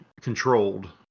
controlled